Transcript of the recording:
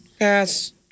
Yes